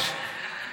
אדוני היושב-ראש,